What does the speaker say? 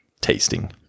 Tasting